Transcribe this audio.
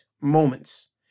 moments